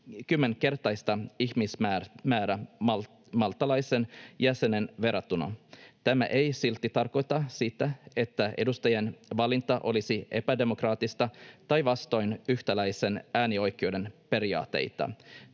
kymmenkertaista ihmismäärää maltalaiseen jäseneen verrattuna. Tämä ei silti tarkoita sitä, että edustajien valinta olisi epädemokraattista tai vastoin yhtäläisen äänioikeuden periaatteita.